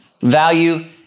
value